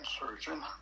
surgeon